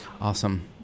Awesome